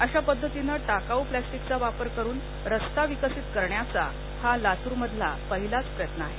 अशा पद्धतीने टाकाऊ प्लास्टिकचा वापर करून रस्ता विकसित करण्याचा हा लातूरमधील पहिलाच प्रयत्न आहे